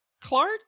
Clark